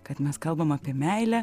kad mes kalbam apie meilę